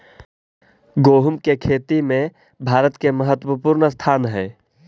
गोहुम की खेती में भारत के महत्वपूर्ण स्थान हई